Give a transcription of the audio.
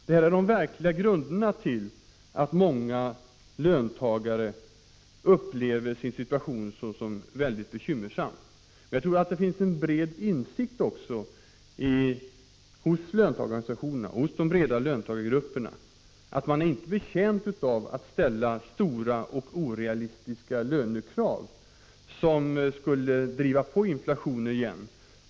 Detta är de verkliga grunderna till att många löntagare upplever sin situation såsom mycket bekymmersam. Jag tror att det finns en bred insikt hos löntagarorganisationerna, hos de breda lönatagargrupperna, att de inte är betjänta av att ställa stora och orealistiska lönekrav som skulle driva på inflationen igen.